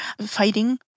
fighting